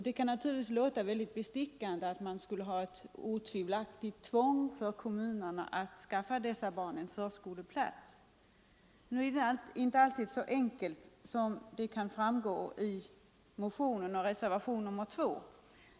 Det kan naturligtvis låta bestickande att det vore bra med ett odiskutabelt tvång för kommunerna att skaffa dessa barn förskoleplats, men nu är det inte alltid så enkelt som det kan förefalla i motionen och i reservationen nr 2.